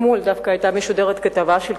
דווקא אתמול שודרה כתבה בערוץ-10.